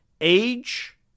age